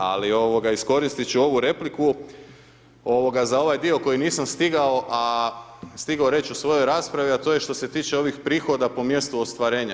Ali iskoristiti ću ovu repliku za ovaj dio koji nisam stigao reći u svojoj raspravi, a to je što se tiče ovih prihoda po mjestu ostvarenja.